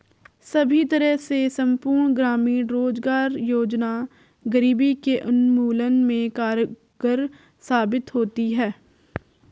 सभी तरह से संपूर्ण ग्रामीण रोजगार योजना गरीबी के उन्मूलन में कारगर साबित होती है